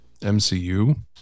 MCU